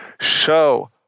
show